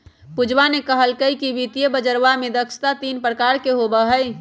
पूजवा ने कहल कई कि वित्तीय बजरवा में दक्षता तीन प्रकार के होबा हई